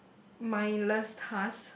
mindless task